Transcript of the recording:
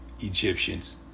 Egyptians